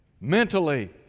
mentally